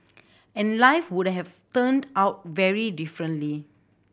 and life would have turned out very differently